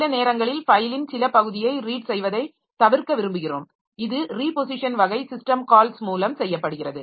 சில நேரங்களில் ஃபைலின் சில பகுதியை ரீட் செய்வதை தவிர்க்க விரும்புகிறோம் இது ரீபொசிஷன் வகை சிஸ்டம் கால்ஸ் மூலம் செய்யப்படுகிறது